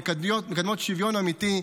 מקדמות שוויון אמיתי,